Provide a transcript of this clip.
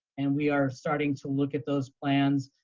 and we are starting to look at those plans.